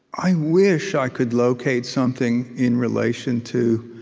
i wish i could locate something in relation to